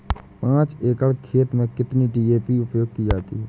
पाँच एकड़ खेत में कितनी डी.ए.पी उपयोग की जाती है?